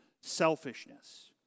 selfishness